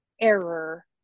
error